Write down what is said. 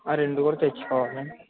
ఆ రెండు కూడా తెచ్చుకోవాలండి